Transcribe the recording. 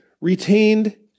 retained